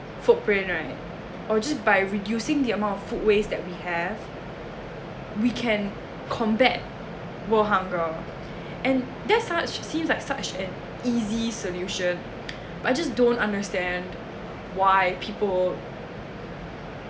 footprint right or just by reducing the amount of food waste that we have we can combat world hunger and that such seems like such an easy solution I just don't understand why people